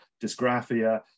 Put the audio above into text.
dysgraphia